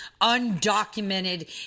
undocumented